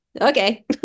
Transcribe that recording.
okay